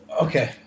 Okay